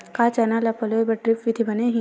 का चना ल पलोय बर ड्रिप विधी बने रही?